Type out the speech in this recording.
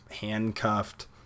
handcuffed